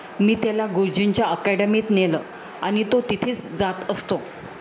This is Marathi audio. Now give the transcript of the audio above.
मी त्याला गुरुजींच्या आकॅडमीत नेलं आणि तो तिथेच जात असतो